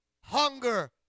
hunger